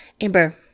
Amber